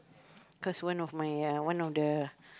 cause one of my uh one of the